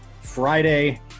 Friday